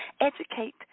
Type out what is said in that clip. educate